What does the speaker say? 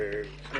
אני